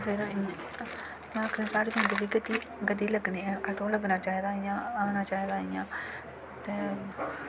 फिर इ'यां में आखनीं साढ़े पिंड दी गड्डी आटो लग्गना चाहिदा इ'यां आना चाहिदा इ'यां ते